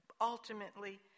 ultimately